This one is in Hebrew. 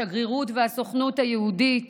השגרירות והסוכנות היהודית